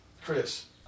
Chris